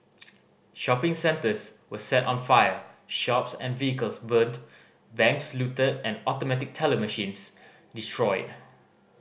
shopping centres were set on fire shops and vehicles burnt banks looted and automatic teller machines destroyed